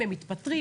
הם מתפטרים,